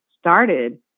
started